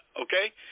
okay